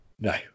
No